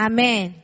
Amen